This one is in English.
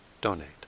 donate